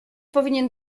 powinien